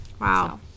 Wow